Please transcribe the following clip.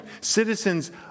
Citizens